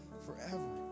forever